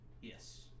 Yes